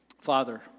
Father